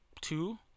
two